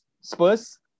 Spurs